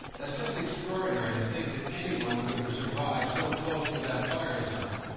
that's just extraordinary to think that anyone could have survived so close to that fire zone.